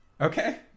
Okay